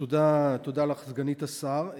תודה לך, סגנית השר.